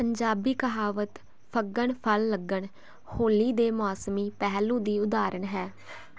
ਪੰਜਾਬੀ ਕਹਾਵਤ ਫੱਗਣ ਫਲ ਲੱਗਣ ਹੋਲੀ ਦੇ ਮੌਸਮੀ ਪਹਿਲੂ ਦੀ ਉਦਾਹਰਣ ਹੈ